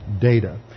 data